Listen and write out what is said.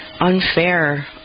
unfair